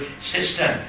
system